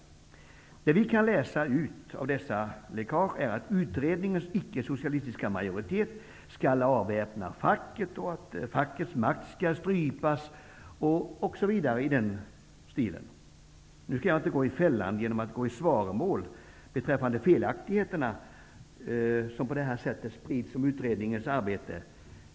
Det vi kan utläsa av dessa läckage är att utredningens icke-socialistiska majoritet skall ''avväpna facket'' eller att ''fackets makt skall strypas'' osv. Jag skall nu inte gå i fällan genom att gå i svaromål om de felaktigheter som på detta sätt sprids om utredningens arbete.